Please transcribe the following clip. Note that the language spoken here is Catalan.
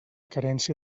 carència